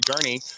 journey